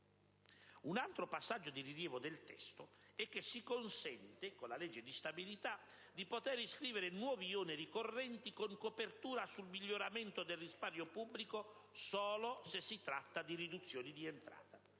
Un altro passaggio di rilevo del testo è che si consente, con la legge di stabilità, di iscrivere nuovi oneri correnti con copertura sul miglioramento del risparmio pubblico solo se si tratta di riduzioni di entrata.